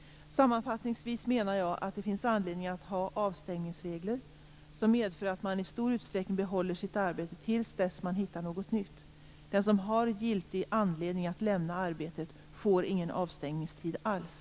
Sammanfattningsvis menar jag att det finns anledning att ha avstängningsregler som medför att man i stor utsträckning behåller sitt arbete tills dess man hittat något nytt. Den som har giltig anledning att lämna arbetet får ingen avstängningstid alls.